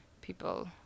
people